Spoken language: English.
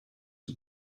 had